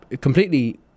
completely